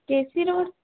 K C road